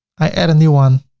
i add a new one